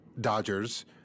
Dodgers